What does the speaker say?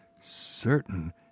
certain